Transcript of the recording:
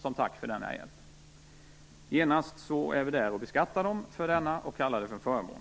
som tack. Genast är vi där och beskattar dem för detta och kallar det för en förmån.